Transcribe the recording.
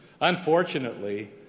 Unfortunately